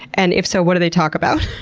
and if so, what do they talk about?